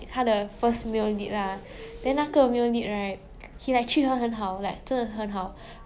很好他也是 like 对她很好两两个男人喜欢她:dui tae hen hao liang liang ge nan ren xi huan ta but then 那个 second male lead